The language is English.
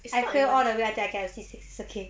I fail all the way and I got a C six is okay